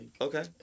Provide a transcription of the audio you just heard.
Okay